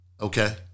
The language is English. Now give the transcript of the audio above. Okay